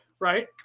Right